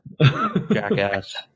Jackass